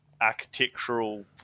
architectural